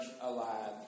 alive